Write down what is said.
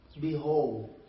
behold